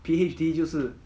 P_H_D 就是